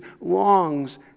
longs